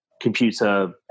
computer